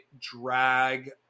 drag